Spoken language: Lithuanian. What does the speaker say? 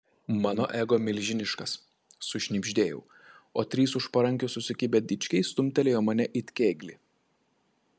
mano ego milžiniškas sušnibždėjau o trys už parankių susikibę dičkiai stumtelėjo mane it kėglį